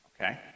Okay